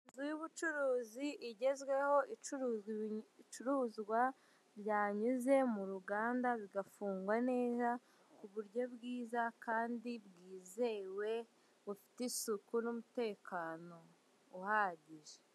Inzu y'ubucuruzi igezweho icuruza ibicuruzwa byanyuze mu ruganda bigafungwa neza kuburyo bwiza kandi bwizewe bufite isuku n'umutekano uhagije.